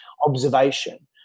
observation